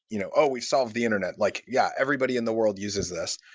you know oh! we've solved the internet. like yeah, everybody in the world uses this.